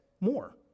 more